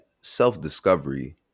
self-discovery